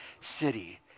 city